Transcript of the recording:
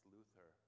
Luther